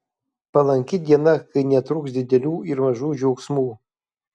palanki diena kai netruks didelių ir mažų džiaugsmų